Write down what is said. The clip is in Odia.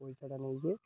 ପଇସାଟା ନେଇଯିବି